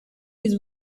his